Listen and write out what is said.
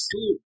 Two